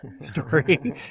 story